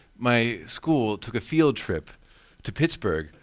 my school took a field trip to pittsburgh,